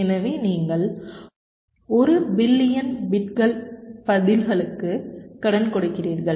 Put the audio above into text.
எனவே நீங்கள் 1 பில்லியன் பிட்கள் பதிலுக்கு கடன் கொடுக்கிறீர்கள்